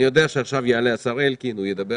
אני יודע שעכשיו השר אלקין יעלה והוא ידבר